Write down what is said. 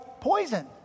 poison